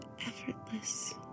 effortless